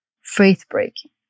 faith-breaking